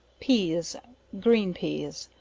peas green peas.